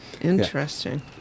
Interesting